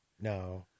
No